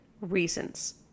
reasons